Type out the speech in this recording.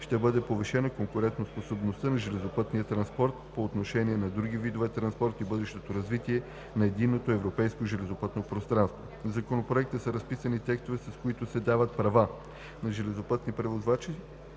ще бъде повишена конкурентоспособността на железопътния транспорт по отношение на другите видове транспорт и бъдещото развитие на Единното европейско железопътно пространство. В Законопроекта са разписани текстове, с които се дават права на железопътните превозвачи